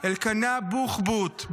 אלקנה בוחבוט,